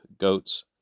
goats